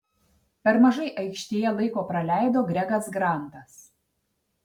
per mažai aikštėje laiko praleido gregas grantas